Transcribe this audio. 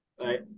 Right